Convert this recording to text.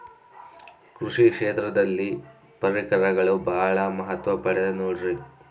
ಕೃಷಿ ಕ್ಷೇತ್ರದಲ್ಲಿ ಪರಿಕರಗಳು ಬಹಳ ಮಹತ್ವ ಪಡೆದ ನೋಡ್ರಿ?